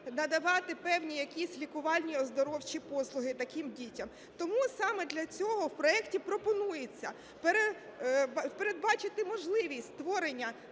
надавати певні якісь лікувально-оздоровчі послуги таким дітям. Тому саме для цього в проекті пропонується передбачити можливість створення